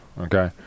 okay